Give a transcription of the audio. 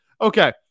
Okay